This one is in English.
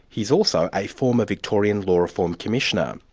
he's also a former victorian law reform commissioner.